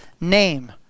name